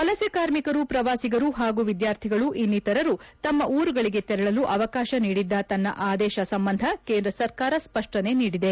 ವಲಸೆ ಕಾರ್ಮಿಕರು ಪ್ರವಾಸಿಗರು ಹಾಗೂ ವಿದ್ಯಾರ್ಥಿಗಳು ಇನ್ನಿತರರು ತಮ್ಮ ಊರುಗಳಿಗೆ ತೆರಳಲು ಅವಕಾಶ ನೀಡಿದ್ದ ತನ್ನ ಆದೇಶ ಸಂಬಂಧ ಕೇಂದ್ರ ಸರ್ಕಾರ ಸ್ಪಷ್ಟನೆ ನೀಡಿದೆ